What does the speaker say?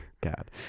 God